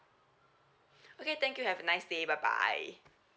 okay thank you have a nice day bye bye